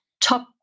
top